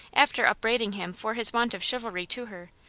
after upbraiding him for his want of chivalry to her,